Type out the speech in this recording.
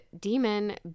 demon